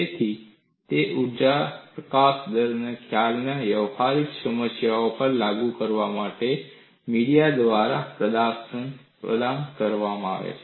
તેથી તે ઊર્જા પ્રકાશન દરના ખ્યાલને વ્યવહારિક સમસ્યાઓ પર લાગુ કરવા માટે મીડિયા દ્વારા પ્રદાન કરે છે